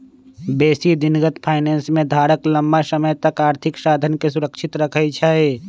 बेशी दिनगत फाइनेंस में धारक लम्मा समय तक आर्थिक साधनके सुरक्षित रखइ छइ